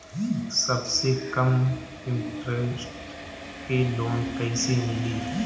सबसे कम इन्टरेस्ट के लोन कइसे मिली?